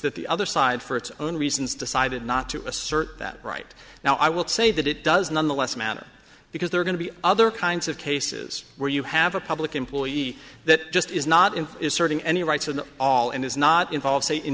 that the other side for its own reasons decided not to assert that right now i would say that it does nonetheless matter because they're going to be other kinds of cases where you have a public employee that just is not in is serving any rights and all and is not involved